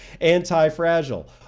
anti-fragile